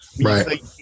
Right